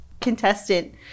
contestant